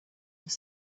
have